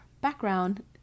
background